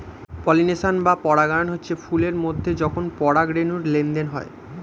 pollination বা পরাগায়ন হচ্ছে ফুল এর মধ্যে যখন পরাগ রেণুর লেনদেন হয়